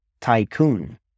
tycoon